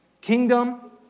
kingdom